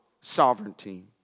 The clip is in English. sovereignty